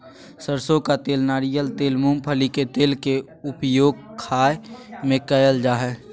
सरसों का तेल नारियल तेल मूंगफली के तेल के उपयोग खाय में कयल जा हइ